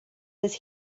does